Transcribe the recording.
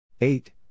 eight